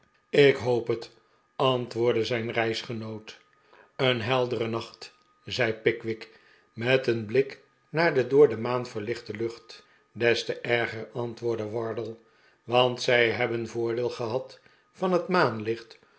ik hoop het antwoordde zijn reisgenoot een heldere nacht zei pickwick met een blik naar de door de maan verlichte lucht des te erger antwoordde wardle want zij hebben voordeel gehad van het